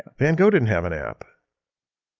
van gogh didn't have an app.